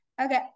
Okay